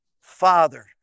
father